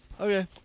Okay